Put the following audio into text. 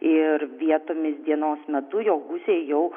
ir vietomis dienos metu jo gūsiai jau